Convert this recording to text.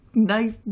nice